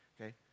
okay